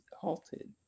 halted